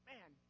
Man